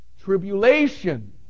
Tribulation